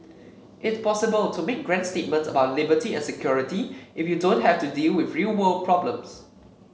it's possible to make grand statements about liberty and security if you don't have to deal with real world problems